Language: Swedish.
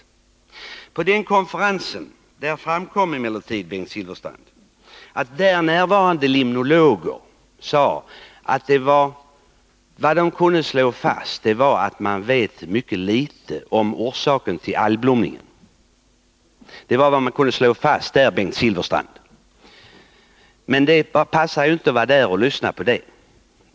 Vad som framkom på den konferens jag talade om var, Bengt Silfverstrand, att där närvarande limnologer kunde slå fast att man vet mycket litet om orsaken till algblomningen. Det slogs alltså fast där, men det passade tydligen inte Bengt Silfverstrand att vara där och lyssna på det.